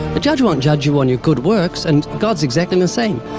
the judge won't judge you on your good works, and god's exactly the same.